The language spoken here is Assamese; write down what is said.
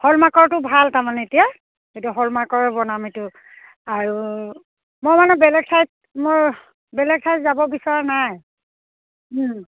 হ'লমাৰ্কৰটো ভাল তাৰমানে এতিয়া এইটো হ'লমাৰ্কৰে বনাম এইটো আৰু মই মানে বেলেগ চাইড মোৰ বেলেগ চাইড যাব বিচৰা নাই